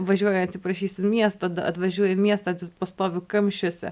važiuoju atsiprašysiu miesto atvažiuoju į miestą pastoviu kamščiuose